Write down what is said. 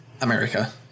America